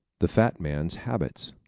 the fat man's habits